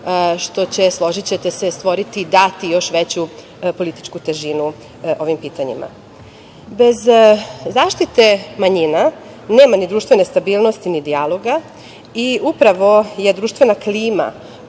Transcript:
što će, složićete se, stvoriti, dati još veću političku težinu ovim pitanjima. Bez zaštite manjina nema ni društvene stabilnosti, ni dijaloga. Upravo je društvena klima